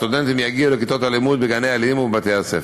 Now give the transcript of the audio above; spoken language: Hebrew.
הסטודנטים יגיעו לכיתות הלימוד בגני-הילדים ובבתי-הספר.